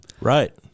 Right